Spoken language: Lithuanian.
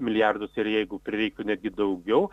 milijardus ir jeigu prireiktų netgi daugiau